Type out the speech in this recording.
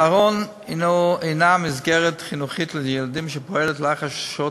צהרון הוא מסגרת חינוכית לילדים שפועלת לאחר שעות